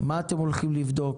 מה אתם הולכים לבדוק,